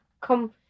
come